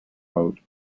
album